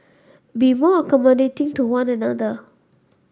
be more accommodating to one another